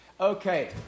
Okay